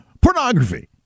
pornography